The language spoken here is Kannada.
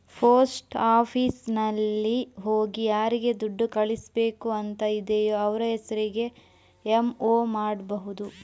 ಪೋಸ್ಟ್ ಆಫೀಸಿನಲ್ಲಿ ಹೋಗಿ ಯಾರಿಗೆ ದುಡ್ಡು ಕಳಿಸ್ಬೇಕು ಅಂತ ಇದೆಯೋ ಅವ್ರ ಹೆಸರಿಗೆ ಎಂ.ಒ ಮಾಡ್ಬಹುದು